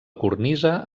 cornisa